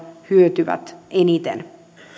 hyötyvät eniten